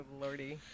lordy